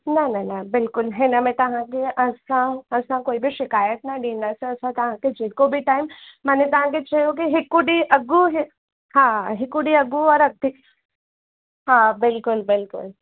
न न न बिल्कुलु हिन में तव्हांखे असां असां कोई बि शिकायत न ॾीदासीं असां तव्हांखे जेको बि टाइम मने तव्हांखे चयो के हिकु ॾींहं अॻु ह हिकु अॻु वारा हा बिल्कुलु बिल्कुलु